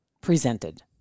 presented